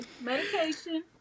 medication